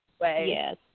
yes